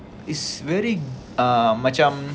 is very much um